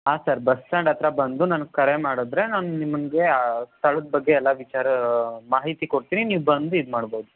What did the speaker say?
ಹಾಂ sir bus stand ಹತ್ರ ಬಂದು ನನಗೆ ಕರೆ ಮಾಡಿದ್ರೆ ನಾನು ನಿಮಗೆ ಆ ಸ್ಥಳದ ಬಗ್ಗೆ ಎಲ್ಲ ವಿಚಾರ ಮಾಹಿತಿ ಕೊಡ್ತೀನಿ ನೀವು ಬಂದು ಇದು ಮಾಡ್ಬೋದು